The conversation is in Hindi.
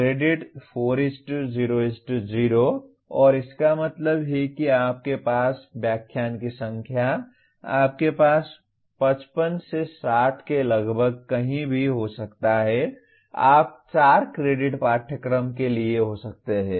क्रेडिट 4 0 0 और इसका मतलब है कि आपके पास व्याख्यान की संख्या आपके पास 55 से 60 के लगभग कहीं भी हो सकता है आप 4 क्रेडिट पाठ्यक्रम के लिए हो सकते हैं